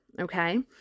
okay